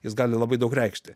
jis gali labai daug reikšti